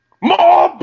More